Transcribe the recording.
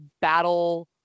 battle